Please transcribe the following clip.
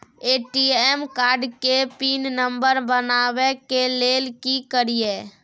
ATM card के PIN number बनाबै के लेल की करिए?